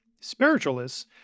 spiritualists